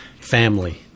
Family